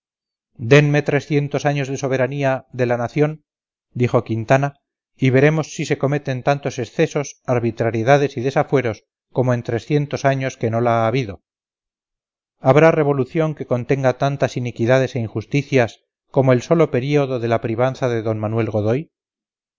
denme trescientos años de soberanía de la nación dijo quintana y veremos si se cometen tantos excesos arbitrariedades y desafueros como en trescientos años que no la ha habido habrá revolución que contenga tantas iniquidades e injusticias como el solo período de la privanza de d manuel godoy